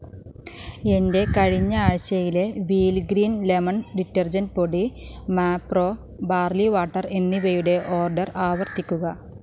എന്റെ കഴിഞ്ഞ ആഴ്ചയിലെ വീൽ ഗ്രീൻ ലെമൺ ഡിറ്റർജൻറ്റ് പൊടി മാക്രോ ബാർലി വാട്ടർ എന്നിവയുടെ ഓർഡർ ആവർത്തിക്കുക